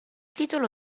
titolo